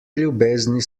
ljubezni